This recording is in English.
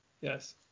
Yes